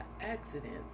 accidents